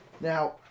Now